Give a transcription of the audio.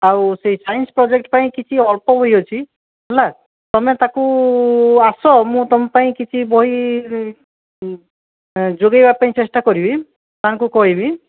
ଆଉ ସେହି science project ପାଇଁ କିଛି ଅଳ୍ପ ବହି ଅଛି ହେଲା ତୁମେ ତାକୁ ଆସ ମୁଁ ତୁମ ପାଇଁ କିଛି ବହି ଯୋଗାଇବା ପାଇଁ ଚେଷ୍ଟା କରିବି ସାର୍ଙ୍କୁ କହିବି